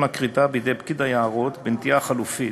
הכריתה בידי פקיד היערות בנטיעה חלופית,